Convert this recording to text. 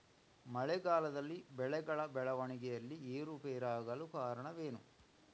ಮಳೆಗಾಲದಲ್ಲಿ ಬೆಳೆಗಳ ಬೆಳವಣಿಗೆಯಲ್ಲಿ ಏರುಪೇರಾಗಲು ಕಾರಣವೇನು?